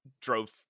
drove